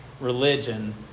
religion